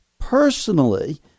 Personally